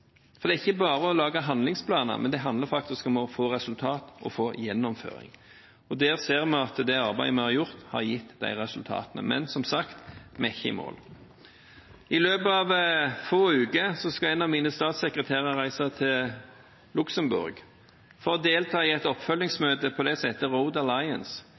Det er ikke bare å lage handlingsplaner, det handler faktisk om å få resultat og få gjennomføring. Og der ser vi at det arbeidet vi har gjort, har gitt resultater. Men som sagt: Vi er ikke i mål. I løpet av få uker skal en av mine statssekretærer reise til Luxembourg for å delta i et oppfølgingsmøte på det som heter Road